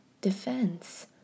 defense